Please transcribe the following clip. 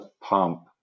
pump